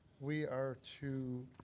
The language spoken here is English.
we are to